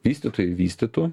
vystytojai vystytų